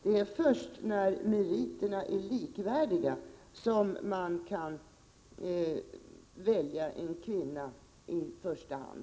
Det är först när meriterna är likvärdiga som man kan välja en kvinna i första hand.